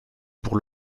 pour